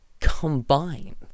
combine